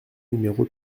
numéro